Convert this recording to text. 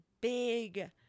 big